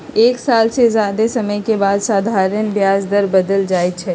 एक साल से जादे समय के बाद साधारण ब्याज बदल जाई छई